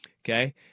Okay